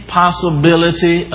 possibility